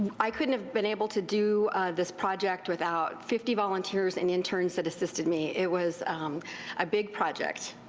i couldnit have been able to do this project without fifty volunteers and interns that assisted me. it was a big project.